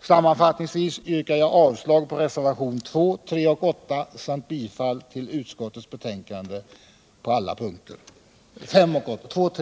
Sammanfattningsvis yrkar jag avslag på reservationerna 2, 3, 5 och 8 samt bifall till utskottets hemställan på alla punkter.